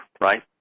right